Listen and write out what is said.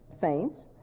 saints